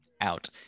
out